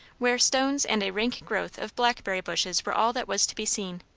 where stones and a rank growth of blackberry bushes were all that was to be seen.